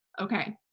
Okay